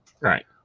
Right